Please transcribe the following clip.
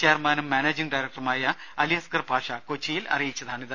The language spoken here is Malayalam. ചെയർമാനും മാനേജിങ് ഡയറക്ടറുമായ അലി അസ്ഗർ പാഷ കൊച്ചിയിൽ അറിയിച്ചതാണിത്